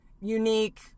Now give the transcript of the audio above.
unique